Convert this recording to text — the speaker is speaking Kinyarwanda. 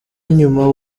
inyuma